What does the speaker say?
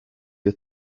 you